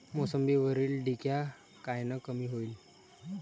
मोसंबीवरील डिक्या कायनं कमी होईल?